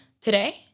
today